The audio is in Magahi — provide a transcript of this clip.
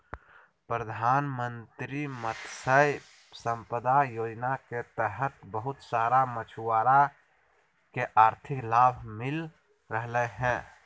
प्रधानमंत्री मत्स्य संपदा योजना के तहत बहुत सारा मछुआरा के आर्थिक लाभ मिल रहलय हें